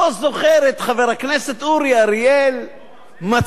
לא זוכר את חבר הכנסת אורי אריאל מצליח,